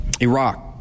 Iraq